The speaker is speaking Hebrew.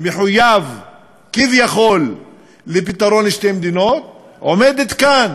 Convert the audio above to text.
מחויב כביכול לפתרון שתי מדינות, עומדת כאן